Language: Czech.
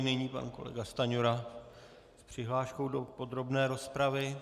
Nyní pan kolega Stanjura s přihláškou do podrobné rozpravy.